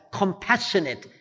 compassionate